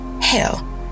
Hell